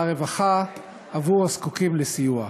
לרווחה לזקוקים לסיוע.